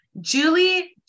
Julie